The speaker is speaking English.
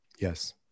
Yes